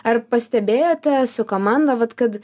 ar pastebėjote su komanda vat kad